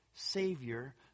savior